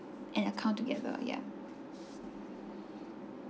an account together yeah